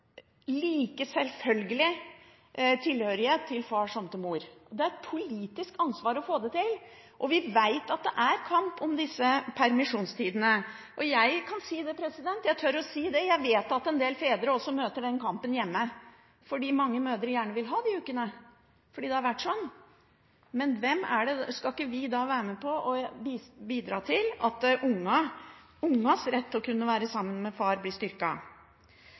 like selvfølgelig tilhørighet til far som til mor. Det er et politisk ansvar å få det til. Vi vet at det er kamp om permisjonstida. Og jeg kan si det – jeg tør å si det: Jeg vet at en del fedre også møter den kampen hjemme, fordi mange mødre gjerne vil ha de ukene, fordi det har vært sånn. Men skal ikke vi da være med på å bidra til at ungenes rett til å kunne være sammen med far blir